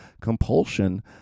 Compulsion